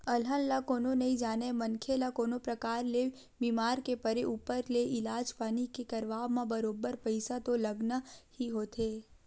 अलहन ल कोनो नइ जानय मनखे ल कोनो परकार ले बीमार के परे ऊपर ले इलाज पानी के करवाब म बरोबर पइसा तो लगना ही होथे